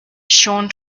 sean